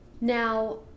Now